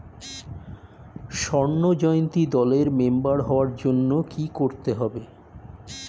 স্বর্ণ জয়ন্তী দলের মেম্বার হওয়ার জন্য কি করতে হবে?